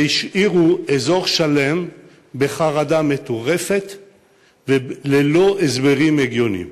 והשאירו אזור שלם בחרדה מטורפת ללא הסברים הגיוניים.